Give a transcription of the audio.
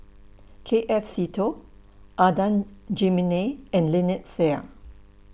K F Seetoh Adan Jimenez and Lynnette Seah